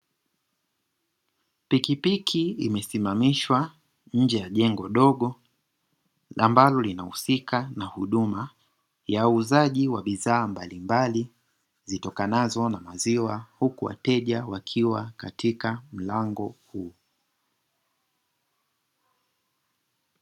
Pikipiki imesimamishwa nje ya jengo dogo; ambalo linahusika na huduma ya uuzaji wa bidhaa mbalimbali zitokanazo na maziwa, huku wateja wakiwa katika mlango huu.